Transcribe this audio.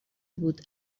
بود